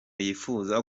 yifuza